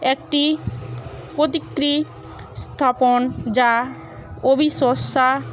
একটি প্রতিকৃতি স্থাপন যা অবিশ্বাস্য